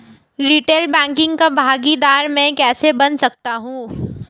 Retail banking का भागीदार मैं कैसे बन सकता हूँ?